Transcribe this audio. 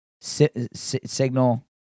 signal